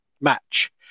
match